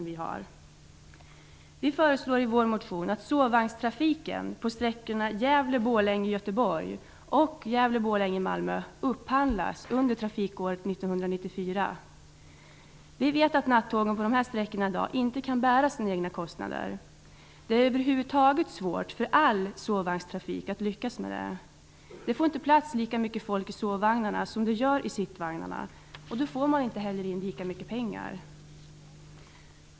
Vi föreslår i vår motion att sovvagnstrafiken på sträckorna Gävle--Borlänge-- Göteborg och Gävle--Borlänge--Malmö upphandlas under trafikåret 1994. Vi vet att nattågen på de här sträckorna inte kan bära sina egna kostnader i dag. Det är över huvud taget svårt för all sovvagnstrafik att lyckas med det. Det får inte plats lika mycket folk i sovvagnarna som det gör i sittvagnarna. Då får man inte heller in lika mycket pengar.